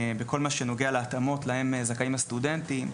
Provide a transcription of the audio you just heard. בכל מה שנוגע להתאמות להם זכאים הסטודנטים.